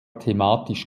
thematisch